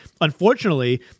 unfortunately